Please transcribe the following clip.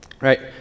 right